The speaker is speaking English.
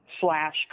slash